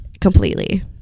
completely